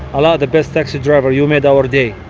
alaa the best taxi driver, you made our day.